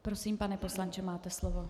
Prosím, pane poslanče, máte slovo.